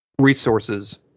resources